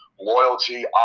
Loyalty